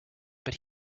but